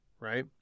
right